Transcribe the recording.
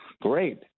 great